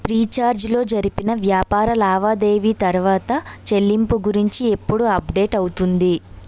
Freecharge లో జరిపిన వ్యాపార లావాదేవి తరువాత చెల్లింపు గురించి ఎప్పుడు అప్డేట్ అవుతుంది